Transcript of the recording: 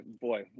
boy